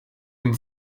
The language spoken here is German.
den